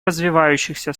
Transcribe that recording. развивающихся